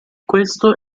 questo